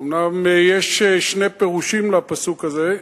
אומנם יש שני פירושים לפסוק הזה.